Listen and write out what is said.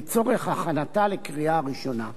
חוק ומשפט של הכנסת לצורך הכנתה לקריאה ראשונה.